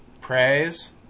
praise